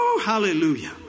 Hallelujah